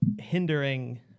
hindering